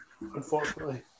Unfortunately